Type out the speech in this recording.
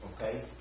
okay